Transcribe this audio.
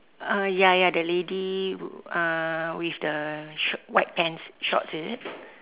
uh ya ya the lady uh with the short white pants shorts is it